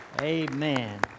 Amen